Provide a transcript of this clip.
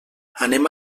anem